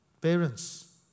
Parents